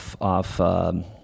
off